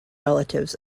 relatives